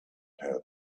had